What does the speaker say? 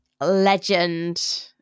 legend